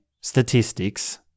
statistics